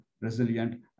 resilient